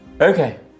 Okay